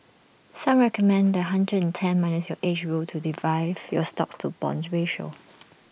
some recommend the hundred and ten minus your age rule to derive your stocks to bonds ratio